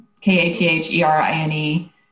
K-A-T-H-E-R-I-N-E